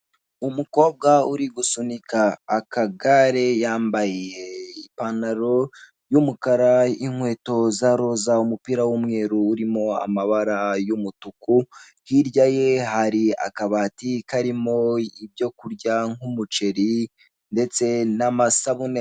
Umukobwa uri gusunika akagare yambaye ipantalo y'umukara , inkweto za roza, umupira w'umweru urimo amabara y'umutuku, hirya ye hari akabati karimo ibyo kurya nk'umuceri ndetse n'amasabune.